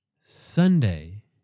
Sunday